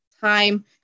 time